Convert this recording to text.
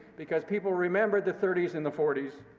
because people remembered the thirty s and the forty s,